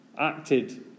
acted